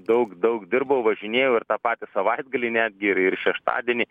daug daug dirbau važinėjau ir tą patį savaitgalį netgi ir ir šeštadienį